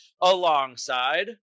alongside